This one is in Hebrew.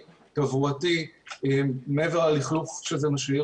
גבי ארד, המועצה לישראל יפה, בבקשה.